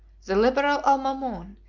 the liberal almamon,